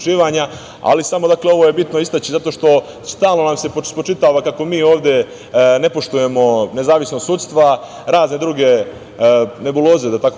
ali samo, ovo je bitno istaći, zato što stalno nam se spočitava kako mi ovde ne poštujemo nezavisnost sudstva, razne druge nebuloze, da tako